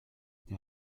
der